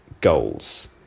goals